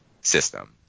system